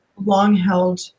long-held